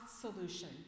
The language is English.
solution